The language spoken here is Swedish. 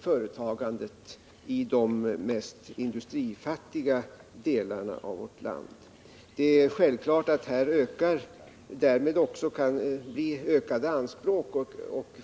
företagandet i de mest industrifattiga delarna av vårt land. Självfallet ökar därmed anspråken på säkerhet.